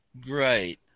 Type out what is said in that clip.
Great